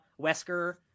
Wesker